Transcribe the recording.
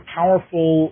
powerful